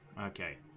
Okay